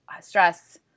stress